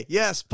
yes